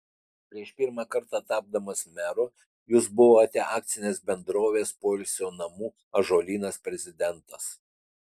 prieš pirmą kartą tapdamas meru jūs buvote akcinės bendrovės poilsio namų ąžuolynas prezidentas